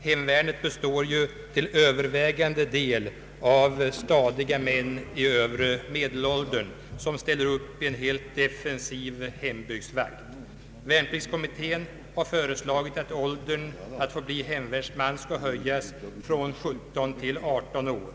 Hemvärnet består ju till övervägande del av stadiga män i övre medelåldern som ställer upp i en helt defensiv hembygdsvakt. Värnpliktskommittén har föreslagit att åldern för att få bli hemvärnsman skall höjas från 17 till 18 år.